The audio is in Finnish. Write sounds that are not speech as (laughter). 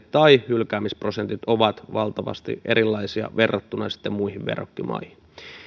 (unintelligible) tai hylkäämisprosentit ovat valtavasti erilaisia verrattuna muihin verrokkimaihin